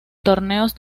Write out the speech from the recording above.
torneos